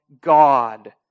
God